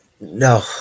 No